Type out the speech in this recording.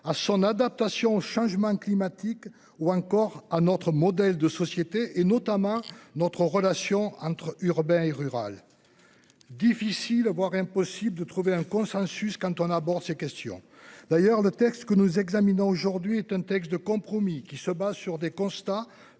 à son adaptation au changement climatique ou encore à notre modèle de société et notamment notre relation entre urbain et rural. Difficile, voire impossible de trouver un consensus quand on aborde ces questions. D'ailleurs, le texte que nous examinons aujourd'hui est un texte de compromis qui se bat sur des constats